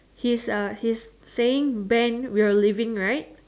his uh his saying ben we're leaving right